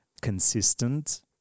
consistent